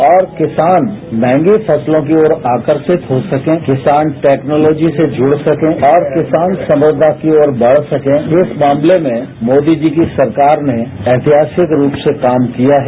और किसान मंहगी फसलों के प्रति आकर्षित हो सकें किसान टैक्नॉलोजी से जुड़ सकें और किसान सफलता की और बढ़ सकें इस मामले में मोदी जी की सरकार ने ऐतिहासिक रूप से काम किया है